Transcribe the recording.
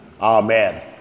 amen